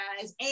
guys